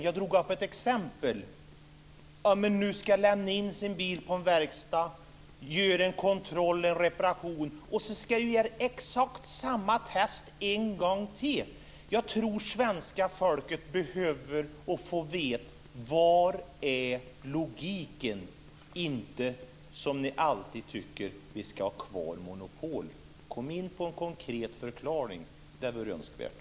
Jag tog upp ett exempel: Om man nu ska lämna in sin bil på en verkstad och göra en kontroll och en reparation så ska man sedan göra exakt samma test en gång till! Jag tror att svenska folket behöver få veta var logiken är och inte höra att vi ska ha kvar monopolet, som ni alltid tycker. Kom in på en konkret förklaring! Det vore önskvärt.